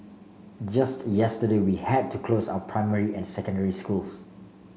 just yesterday we had to close our primary and secondary schools